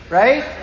right